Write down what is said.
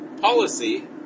policy